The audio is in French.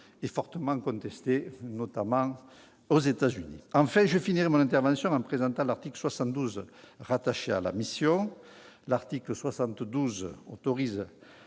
est fortement contesté, notamment aux États-Unis. Je terminerai mon intervention en présentant l'article 72, rattaché à la mission. Cet article autorise